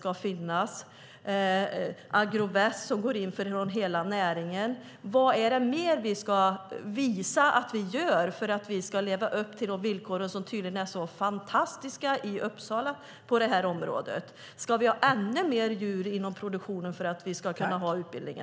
Agroväst går in från hela näringen. Vad mer ska vi göra för att leva upp till de villkor som tydligen är så fantastiska i Uppsala? Ska vi ha ännu fler djur inom produktionen för att vi ska kunna ha utbildningen?